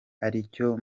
aricyo